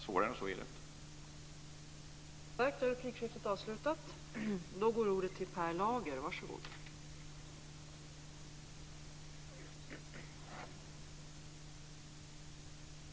Svårare än så är det inte.